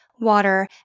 water